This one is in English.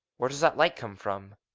where does that light come from?